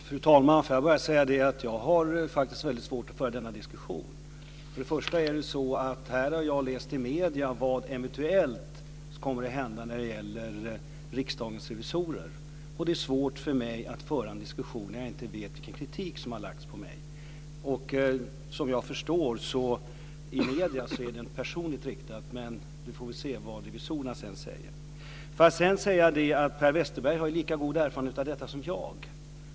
Fru talman! Jag har faktiskt väldigt svårt att föra denna diskussion. Först och främst har jag läst i medierna vad som eventuellt kommer att hända när det gäller Riksdagens revisorer. Det är svårt för mig att föra en diskussion när jag inte vet vilken kritik som har riktats mot mig. Som jag förstår av medierna är den personligt riktad, men vi får se vad revisorerna sedan säger. Per Westerberg har lika god erfarenhet av detta som jag.